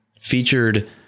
featured